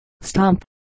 stump